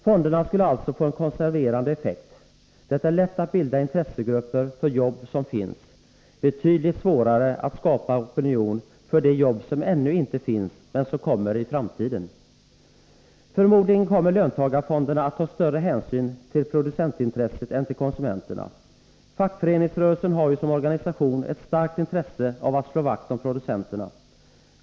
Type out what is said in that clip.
Fonderna skulle alltså få en konserverande effekt. Det är lätt att bilda intressegrupper för jobb som finns, betydligt svårare att skapa opinion för de jobb som ännu inte finns men som kommer i framtiden. Förmodligen kommer löntagarfonderna att ta större hänsyn till producentintresset än till konsumenterna. Fackföreningsrörelsen har ju som organisation ett starkt intresse av att slå vakt om producenterna.